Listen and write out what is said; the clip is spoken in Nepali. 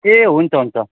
ए हुन्छ हुन्छ